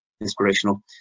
inspirational